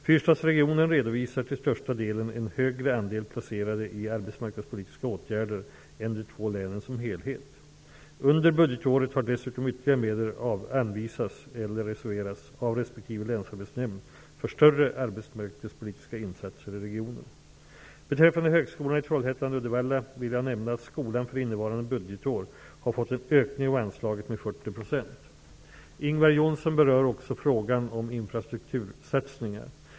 Fyrstadsregionen redovisar till största delen en högre andel placerade i arbetsmarknadspolitiska åtgärder än de två länen som helhet. Under budgetåret har dessutom ytterligare medel anvisats eller reserverats av respektive länsarbetsnämnd för större arbetsmarknadspolitiska insatser i regionen. Beträffande Högskolan i Trollhättan/Uddevalla vill jag nämna att skolan för innevarande budgetår har fått en ökning av anslaget med 40 %. Ingvar Johnsson berör också frågan om infrastruktursatsningar.